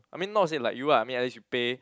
I mean not to say like you ah I mean at least you pay